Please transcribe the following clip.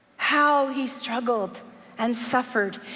how he struggled and suffered,